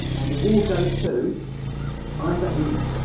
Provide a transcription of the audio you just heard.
and the award goes to isaac newton.